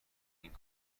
این